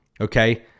Okay